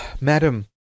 madam